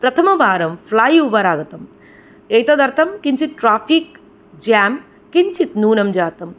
प्रथमवारं flyover आगतम् एतदर्थं किञ्चिद् ट्राफिक् जेम् किञ्चिद् नूनं जातं